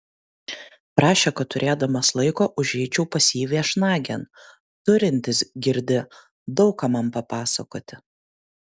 prašė kad turėdamas laiko užeičiau pas jį viešnagėn turintis girdi daug ką man papasakoti